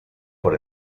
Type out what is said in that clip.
por